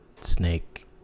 Snake